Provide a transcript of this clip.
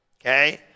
Okay